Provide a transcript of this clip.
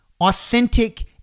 authentic